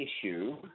issue